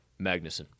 Magnuson